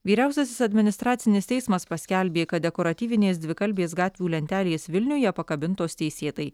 vyriausiasis administracinis teismas paskelbė kad dekoratyvinės dvikalbės gatvių lentelės vilniuje pakabintos teisėtai